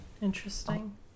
Interesting